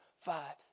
five